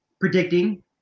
predicting